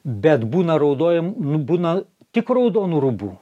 bet būna raudon būna tik raudonų rūbų